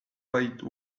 wide